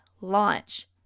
launch